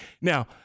Now –